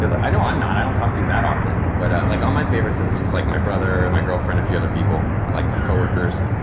like i know i'm not. i don't talk to you that often. but ah like on my favorites it's just like my brother, and my girlfriend, and a few other people like my co-workers.